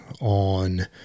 on